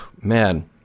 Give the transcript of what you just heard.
man